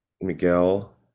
Miguel